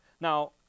Now